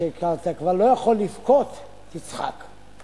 כשאתה כבר לא יכול לבכות, תצחק.